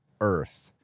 Earth